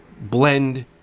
Blend